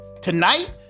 Tonight